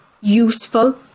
useful